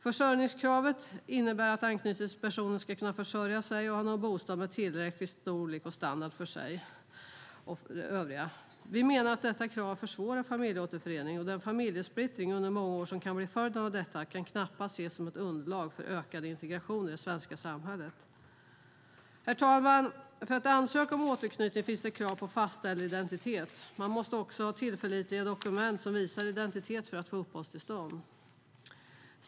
Försörjningskravet innebär att anknytningspersonen ska kunna försörja sig och ha en bostad med tillräcklig storlek och standard för sig och övriga. Vi menar att detta krav försvårar familjeåterförening. Den familjesplittring under många år som kan bli följden av detta kan knappast ses som ett underlag för ökad integration i det svenska samhället. Herr talman! För att ansöka om återknytning finns det krav på fastställd identitet. Man måste också ha tillförlitliga dokument som visar identitet för att få uppehållstillstånd.